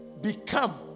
become